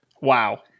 Wow